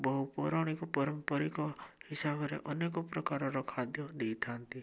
ବହୁ ପୌରାଣିକ ପାରମ୍ପାରିକ ହିସାବରେ ଅନେକ ପ୍ରକାରର ଖାଦ୍ୟ ଦେଇଥାନ୍ତି